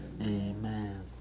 Amen